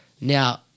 Now